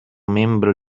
membro